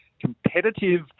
competitive